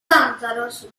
tártaros